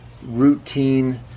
routine